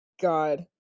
God